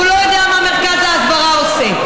והוא לא יודע מה מרכז ההסברה עושה,